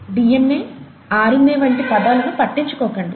DNA RNA వంటి పదాలను పట్టించుకోకండి